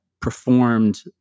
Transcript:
performed